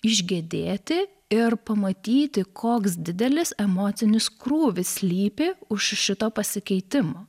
išgedėti ir pamatyti koks didelis emocinis krūvis slypi už šito pasikeitimo